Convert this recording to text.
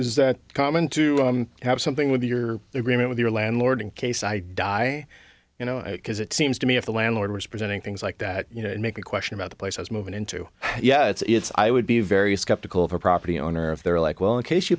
is that common to have something with your agreement with your landlord in case i die you know it because it seems to me if the landlord was presenting things like that you know make a question about the place i was moving into yeah it's i would be very skeptical of a property owner if they're like well in case you